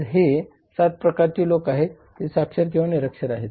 तर हे 7 प्रकारचे लोक आहेत जे साक्षर किंवा निरक्षर आहेत